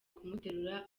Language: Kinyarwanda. kumuterura